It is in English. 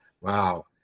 wow